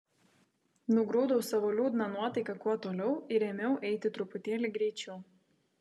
nugrūdau savo liūdną nuotaiką kuo toliau ir ėmiau eiti truputėlį greičiau